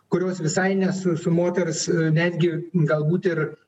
kurios visai ne su su moters netgi galbūt ir